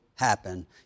happen